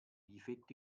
difetti